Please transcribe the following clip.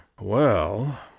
Well